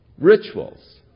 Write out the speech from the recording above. rituals